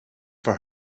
for